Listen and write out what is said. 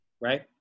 right